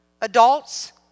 Adults